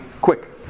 quick